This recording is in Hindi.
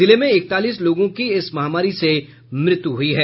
जिले में इकतालीस लोगों की इस महामारी से मृत्यु हुई है